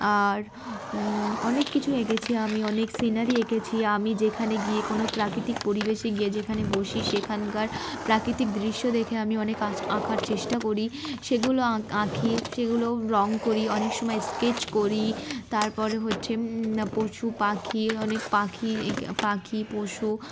আর অনেক কিছু এঁকেছি আমি অনেক সিনারি এঁকেছি আমি যেখানে গিয়ে কোনো প্রাকৃতিক পরিবেশে গিয়ে যেখানে বসি সেখানকার প্রাকৃতিক দৃশ্য দেখে আমি অনেক আ আঁকার চেষ্টা করি সেগুলো আ আঁকি সেগুলো রঙ করি অনেক সময় স্কেচ করি তারপরে হচ্ছে পশু পাখি অনেক পাখি পাখি পশু